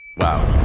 wow.